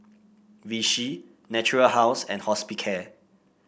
Vichy Natura House and Hospicare